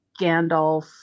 Gandalf